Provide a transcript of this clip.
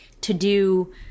to-do